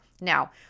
Now